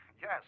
yes